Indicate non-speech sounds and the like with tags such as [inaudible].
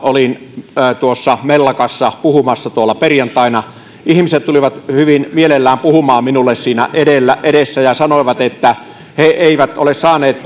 olin tuossa mellakassa puhumassa perjantaina ihmiset tulivat hyvin mielellään puhumaan minulle siinä edessä ja sanoivat että he eivät ole saaneet [unintelligible]